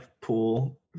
pool